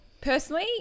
personally